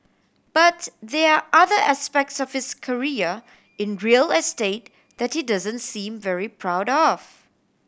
but there are other aspects of his career in real estate that he doesn't seem very proud of